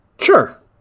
Sure